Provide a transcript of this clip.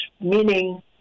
meaning